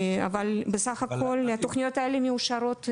אבל בסך הכל התוכניות האלה מאושרות.